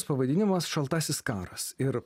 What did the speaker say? pavadinimas šaltasis karas ir